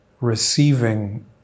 receiving